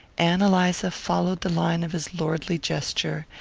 ann eliza followed the line of his lordly gesture,